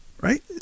right